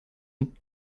can